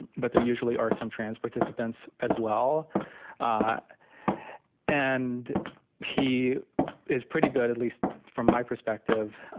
but there usually are some trans participants as well ah and he is pretty good, at least from my perspective,